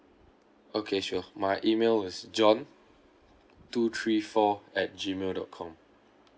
okay sure my email is john two three four at gmail dot com